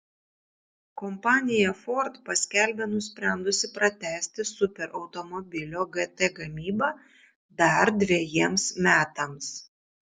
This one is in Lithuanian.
kompanija ford paskelbė nusprendusi pratęsti superautomobilio gt gamybą dar dvejiems metams